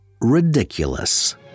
ridiculous